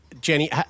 Jenny